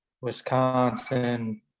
Wisconsin